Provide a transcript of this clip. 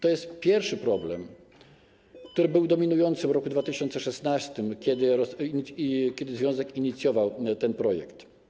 To jest pierwszy problem, który był dominujący w roku 2016, kiedy związek inicjował ten projekt.